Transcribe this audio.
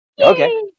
Okay